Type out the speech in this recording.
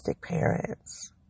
parents